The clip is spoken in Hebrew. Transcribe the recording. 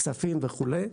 כספים וכולי.